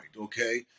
okay